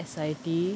S_I_T